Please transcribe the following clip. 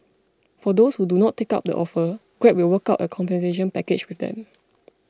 for those who do not take up the offer Grab will work out a compensation package with them